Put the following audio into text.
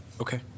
okay